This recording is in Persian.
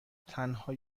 تنها